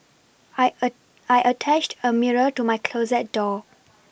I attached a mirror to my closet door